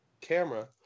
camera